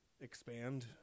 expand